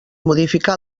modificar